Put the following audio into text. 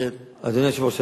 אדוני היושב-ראש,